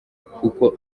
kuko